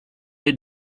est